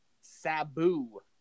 Sabu